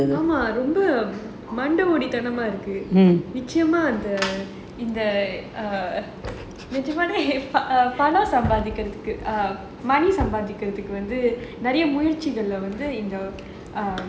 ஆமா ரொம்ப:aamaa romba தனமா இருக்கு நிச்சயமா இந்த இந்த நிஜமாவே பணம் சம்பாதிக்கறதுக்கு:tanamaa iruku nichayamaa intha intha nijamavae panam sambathikarathuku money சம்பாதிக்கறதுக்கு வந்து நிறைய முயற்சிகள்ல வந்து: இங்க:sambathikarathuku vanthu niraiya muyarchikalla inga